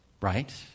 right